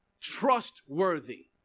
trustworthy